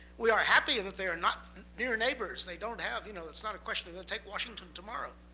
we are happy and that they are not near neighbors. they don't have you know it's not a question of they will take washington tomorrow.